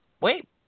Wait